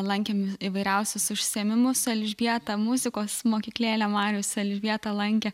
lankėm įvairiausius užsiėmimus su elžbieta muzikos mokyklėlę marius su elžbieta lankė